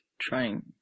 trying